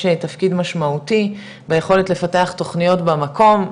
תפקיד משמעותי ביכולת לפתח תוכניות במקום,